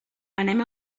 anem